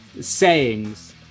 sayings